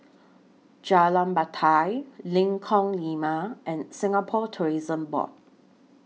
Jalan Batai Lengkong Lima and Singapore Tourism Board